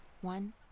One